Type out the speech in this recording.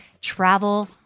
travel